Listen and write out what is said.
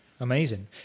Amazing